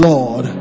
Lord